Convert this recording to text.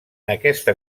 aquesta